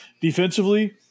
Defensively